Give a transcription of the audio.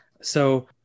So-